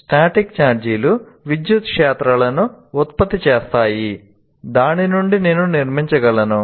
static ఛార్జీలు విద్యుత్ క్షేత్రాలను ఉత్పత్తి చేస్తాయి దాని నుండి నేను నిర్మించగలను